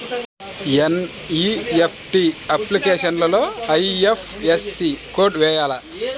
NEFT అప్లికేషన్లో IFSC code వేయాలా?